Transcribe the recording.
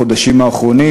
בחודשים האחרונים,